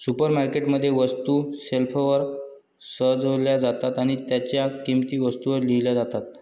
supermarket मध्ये, वस्तू शेल्फवर सजवल्या जातात आणि त्यांच्या किंमती वस्तूंवर लिहिल्या जातात